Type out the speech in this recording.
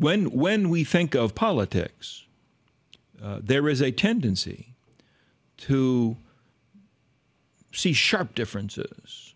when when we think of politics there is a tendency to see sharp differences